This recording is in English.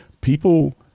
people